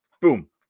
boom